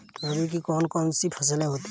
रबी की कौन कौन सी फसलें होती हैं?